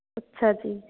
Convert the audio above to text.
ਅੱਛਾ ਜੀ